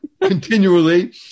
continually